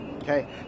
Okay